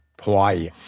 Hawaii